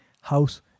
house